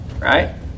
right